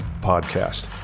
Podcast